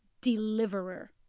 deliverer